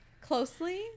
closely